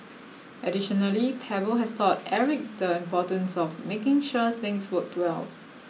additionally Pebble has taught Eric the importance of making sure things worked well